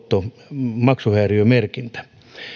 maksuhäiriömerkintä